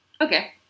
Okay